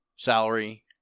Salary